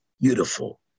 beautiful